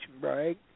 break